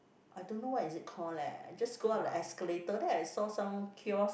I don't know what is it called leh just go up the escalator then I saw some kiosk